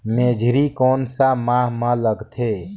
मेझरी कोन सा माह मां लगथे